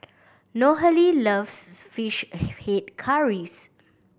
Nohely loves fish head curries